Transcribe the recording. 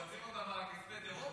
מפצים אותם על כספי הטרור?